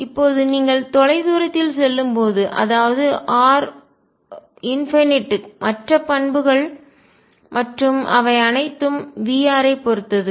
இப்போது நீங்கள் தொலைதூரத்தில் செல்லும்போது அதாவது r மற்ற பண்புகள் மற்றும் அவை அனைத்தும் V பொறுத்தது